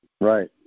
Right